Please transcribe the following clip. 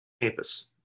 campus